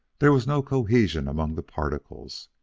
there was no cohesion among the particles,